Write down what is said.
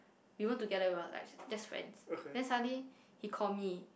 we weren't together we were like just friends then suddenly he call me